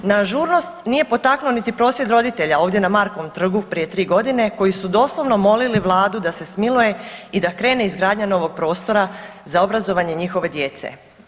Na žurnost nije potaknuo niti prosvjed roditelja ovdje na Markovom trgu prije 3 godine koji su doslovno molili Vladu da se smiluje i da krene izgradnja novog prostora za obrazovanje njihove djece.